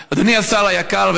אבל אדוני השר היקר,